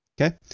okay